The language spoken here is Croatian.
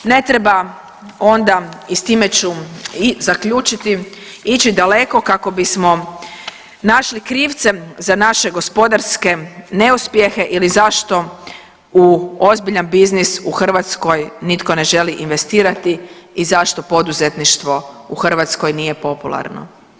Ne treba onda i s time ću i zaključiti, ići daleko kako bismo našli krivce za naše gospodarske neuspjehe ili zašto u ozbiljan biznis u Hrvatskoj nitko ne želi investirati i zašto poduzetništvo u Hrvatskoj nije popularno.